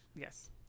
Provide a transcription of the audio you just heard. Yes